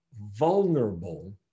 vulnerable